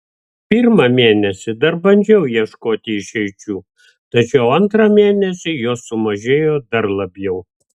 pirmą mėnesį dar bandžiau ieškoti išeičių tačiau antrą mėnesį jos sumažėjo dar labiau